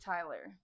Tyler